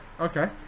okay